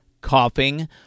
coughing